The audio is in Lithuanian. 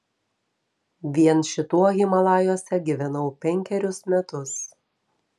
vien šituo himalajuose gyvenau penkerius metus